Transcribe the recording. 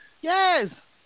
Yes